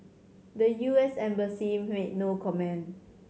the U S embassy made no comment